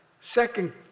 Second